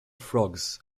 frogs